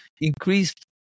increased